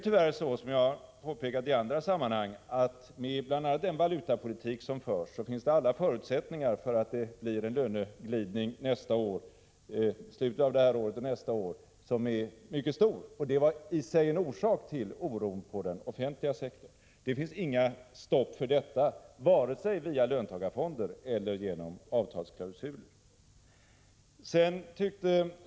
Men som jag har påpekat i andra sammanhang finns det tyvärr, bl.a. på grund av den valutapolitik som förs, alla förutsättningar för att det skall bli en löneglidning i slutet av detta år och nästa år som är mycket stor. Det var i sig en orsak till oron på den offentliga sektorn. Det finns inga stopp för detta, varken via löntagarfonder eller genom avtalsklausuler.